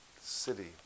city